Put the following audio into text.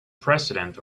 president